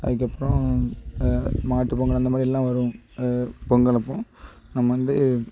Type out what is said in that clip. அதுக்கப்பறம் மாட்டுப்பொங்கல் அந்த மாதிரி எல்லாம் வரும் பொங்கல் அப்போது நம்ம வந்து